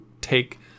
take